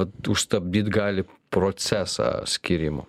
vat užsustabdyt gali procesą skyrimo